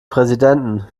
präsidenten